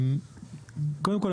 קודם כול,